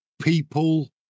people